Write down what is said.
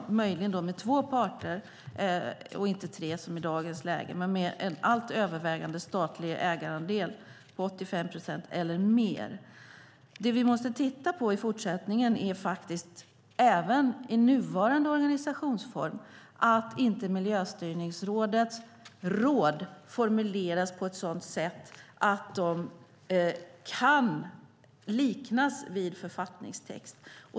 Det kan möjligen vara med två parter och inte tre som i dagens läge, men med en övervägande statlig ägarandel på 85 procent eller mer. Det vi måste titta på i fortsättningen och även i nuvarande organisationsform är att inte Miljöstyrningsrådets råd formuleras på ett sådant sätt att de kan liknas vid författningstext.